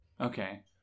Okay